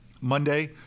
monday